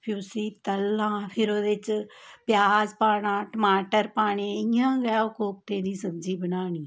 फिर उसी तलना फिर ओह्दे च प्याज पाना टमाटर पाने इयां गै ओह् कोफ्ते दी सब्जी बनानी